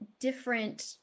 different